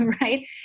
right